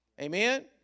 Amen